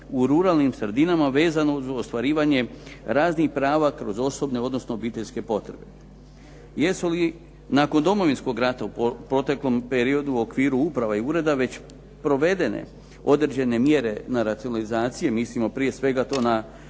u ruralnim sredinama vezano uz ostvarivanje raznih prava kroz osobne, odnosno obiteljske potrebe. Jesu li nakon Domovinskog rata u proteklom periodu u okviru uprava i ureda već provedene određene mjere na racionalnizaciji, a mislimo prije svega to na prelazak